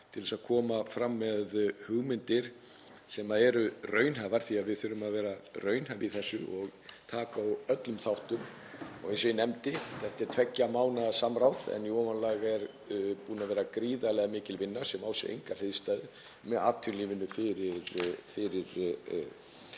þess að koma fram með hugmyndir sem eru raunhæfar því að við þurfum að vera raunhæf í þessu og taka á öllum þáttum. Eins og ég nefndi er þetta tveggja mánaða samráð en í ofanálag er búin að vera gríðarlega mikil vinna sem á sér enga hliðstæðu með atvinnulífinu áður